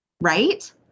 right